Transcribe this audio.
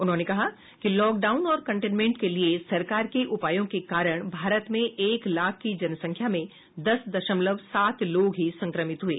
उन्होंने कहा कि लॉकडाउन और कंटेनमेंट के लिए सरकार के उपायों के कारण भारत में एक लाख की जनसंख्या में दस दशमलव सात लोग ही संक्रमित हुए